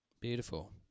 beautiful